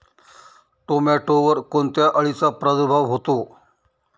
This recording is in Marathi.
टोमॅटोवर कोणत्या अळीचा प्रादुर्भाव होतो?